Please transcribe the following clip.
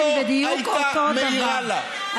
קטנה לחברת הכנסת יעל כהן-פארן על הלבוש שלה,